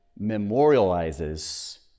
memorializes